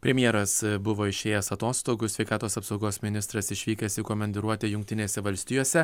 premjeras buvo išėjęs atostogų sveikatos apsaugos ministras išvykęs į komandiruotę jungtinėse valstijose